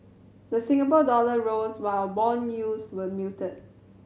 the Singapore dollar rose while bond yields were muted